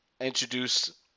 introduce